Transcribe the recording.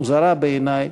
המוזרה בעיני,